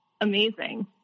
amazing